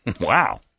Wow